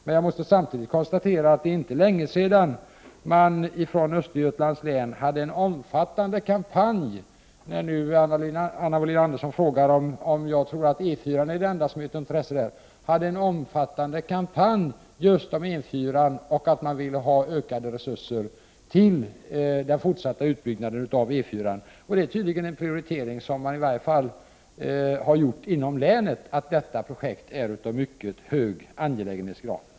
Men när Anna Wohlin-Andersson nu frågar om jag tror att E 4 är det enda som är av intresse i Östergötlands län måste jag konstatera att det inte är länge sedan man där hade en omfattande kampanj just om att man ville ha ökade resurser till den fortsatta utbyggnaden av E 4. I varje fall inom länet har man tydligen gjort prioriteringen att detta projekt är av mycket hög angelägenhetsgrad.